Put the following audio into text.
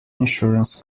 insurance